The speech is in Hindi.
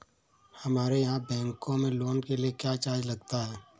हमारे यहाँ बैंकों में लोन के लिए क्या चार्ज लगता है?